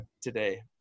today